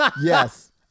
Yes